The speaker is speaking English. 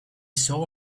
saw